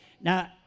Now